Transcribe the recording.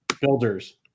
builders